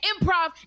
improv